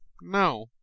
No